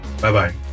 Bye-bye